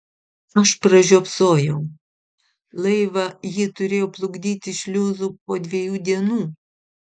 aš pražiopsojau laivą jį turėjo plukdyti šliuzu po dviejų dienų